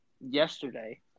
yesterday